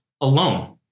alone